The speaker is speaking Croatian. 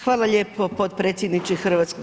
Hvala lijepo potpredsjedniče HS.